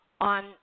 on